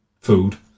food